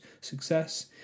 success